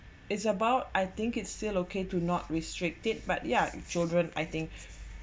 is about I think it's still okay to not restricted but yeah children I think